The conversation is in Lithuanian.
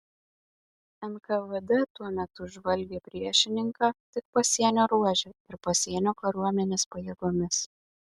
nkvd tuo metu žvalgė priešininką tik pasienio ruože ir pasienio kariuomenės pajėgomis